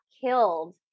killed